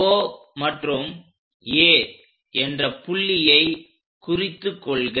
O மற்றும் A என்ற புள்ளியை குறித்து கொள்க